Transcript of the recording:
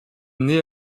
née